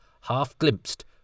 half-glimpsed